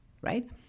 right